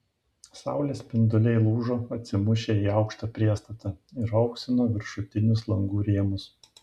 saulės spinduliai lūžo atsimušę į aukštą priestatą ir auksino viršutinius langų rėmus